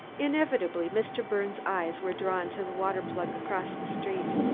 inevitably mr. birnes' eyes were drawn to the water-plug across the street.